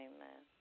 Amen